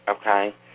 okay